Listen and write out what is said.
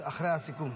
אחרי הסיכום.